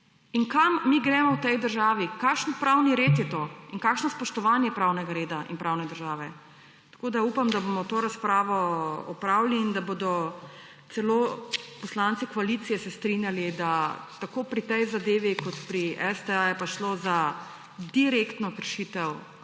Kam gremo v tej državi, kakšen pravni red je to in kakšno spoštovanje pravnega reda in pravne države? Upam, da bomo to razpravo opravili in da se bodo celo poslanci koalicije strinjali, da je tako pri tej zadevi kot pri STA šlo za direktno kršitev